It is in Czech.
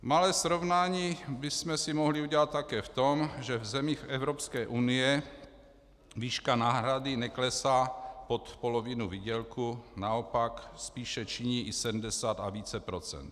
Malé srovnání bychom si mohli udělat také v tom, že v zemích Evropské unie výška náhrady neklesá pod polovinu výdělku, naopak spíše činí 70 a více procent.